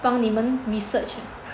帮你们 research